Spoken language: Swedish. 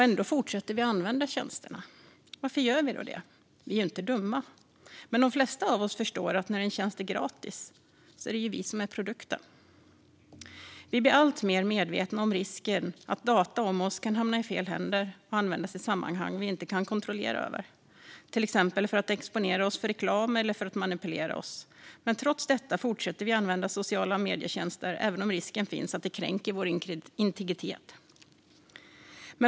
Ändå fortsätter vi använda tjänsterna. Varför gör vi det? Vi är inte dumma. De flesta av oss förstår att när en tjänst är gratis är det vi som är produkten. Vi blir alltmer medvetna om risken att data om oss kan hamna i fel händer och användas i sammanhang vi inte har kontroll över, till exempel för att exponera oss för reklam eller för att manipulera oss. Trots det fortsätter vi använda de sociala mediernas tjänster även om risken finns att det kränker vår integritet.